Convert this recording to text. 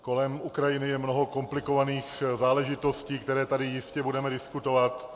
Kolem Ukrajiny je mnoho komplikovaných záležitostí, které tady jistě budeme diskutovat.